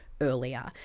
Earlier